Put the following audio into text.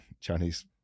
Chinese